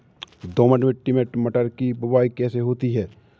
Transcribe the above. दोमट मिट्टी में मटर की बुवाई कैसे होती है?